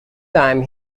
time